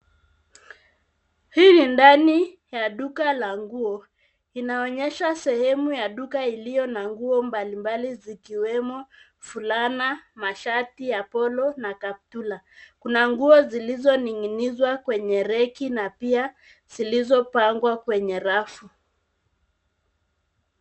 Hii ni ndani, ya duka la nguo. Inaonyesha sehemu ya duka iliyo na nguo mbalimbali zikiwemo fulana, mashati ya polo, na kaptura. Kuna nguo zilizoning'inizwa kwenye reki na pia, zilizopangwa kwenye rafu.